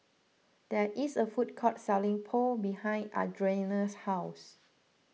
there is a food court selling Pho behind Audriana's house